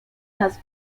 nas